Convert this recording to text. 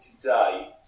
today